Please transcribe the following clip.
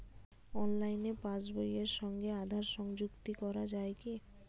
অনলাইনে পাশ বইয়ের সঙ্গে আধার সংযুক্তি করা যায় কি?